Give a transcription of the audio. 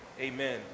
Amen